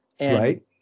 Right